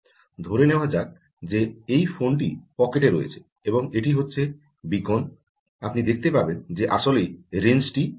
ধরে নেওয়া যাক যে এই ফোনটি পকেটে রয়েছে এবং এটি হচ্ছে বীকন আপনি দেখতে পাবেন যে আসলেই রেঞ্জিংটি সম্ভব